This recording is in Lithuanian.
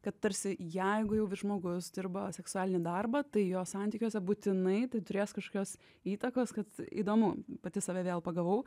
kad tarsi jeigu jau žmogus dirba seksualinį darbą tai jo santykiuose būtinai tai turės kažkokios įtakos kad įdomu pati save vėl pagavau